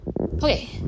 okay